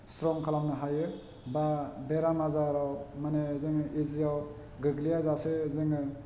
strong खालामनो हायो बा बेराम आजाराव मानि जोंनि इजियाव गोग्लैया जासे जोङो